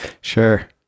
Sure